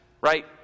Right